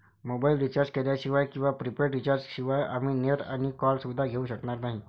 mobile recharge केल्याशिवाय किंवा prepaid recharge शिवाय आम्ही नेट आणि कॉल सुविधा घेऊ शकणार नाही